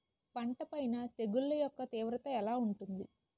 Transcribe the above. పంట పైన తెగుళ్లు యెక్క తీవ్రత ఎలా ఉంటుంది